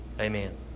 amen